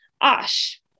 ash